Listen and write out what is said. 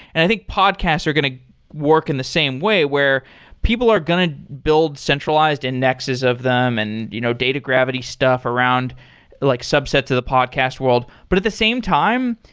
i think podcasts are going to work in the same way where people are going to build centralized indexes of them and you know data gravity stuff around like subsets of the podcast world. but at the same time,